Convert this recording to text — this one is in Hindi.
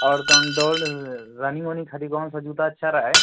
और तौन दौड़ रनिंग ओनिंग खाति कौन सा जूता अच्छा रहै